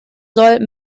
soll